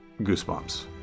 goosebumps